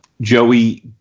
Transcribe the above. Joey